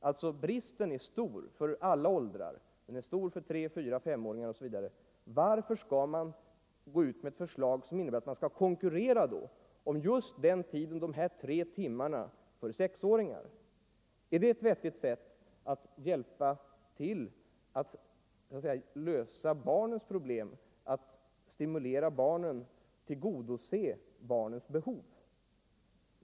Bristen är alltså stor för alla åldrar; den är stor för tre-, fyra-, femåringar osv. Varför skall man då gå ut med ett förslag som innebär konkurrens om just dessa tre timmar för sexåringar? Är det ett vettigt sätt att hjälpa till att lösa barnens problem, att stimulera barnen, att tillgodose barnens behov?